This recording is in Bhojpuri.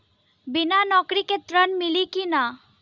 बिना नौकरी के ऋण मिली कि ना?